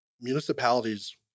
municipalities